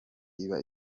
iba